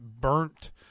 burnt